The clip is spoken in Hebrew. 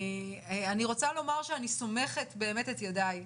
אני רוצה לומר שאני סומכת באמת את ידיי